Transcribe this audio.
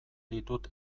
ditut